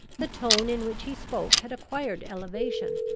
the tone in which he spoke had acquired elevation,